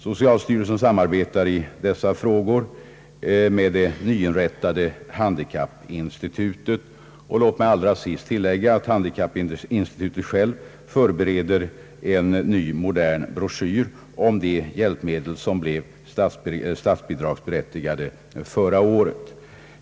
Socialstyrelsen samarbetar i dessa frågor med det nyinrättade handikappinstitutet. Låt mig allra sist tillägga, att handikappinstitutet självt förbereder en ny modern broschyr om de hjälpmedel som blev statsbidragsberättigade förra året.